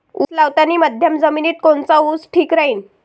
उस लावतानी मध्यम जमिनीत कोनचा ऊस ठीक राहीन?